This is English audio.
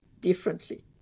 differently